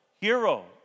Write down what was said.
hero